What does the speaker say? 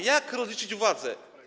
Jak rozliczyć władzę?